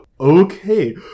Okay